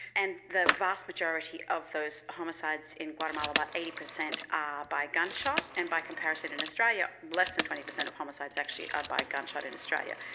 and the vast majority of those homicides in guatemala, about eighty percent are by gunshot, and by comparison in australia less than twenty percent of homicides actually are by gunshot in australia.